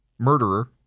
murderer